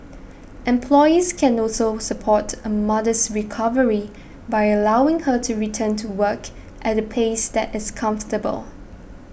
employees can also support a mother's recovery by allowing her to return to work at a pace that is comfortable